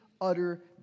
utter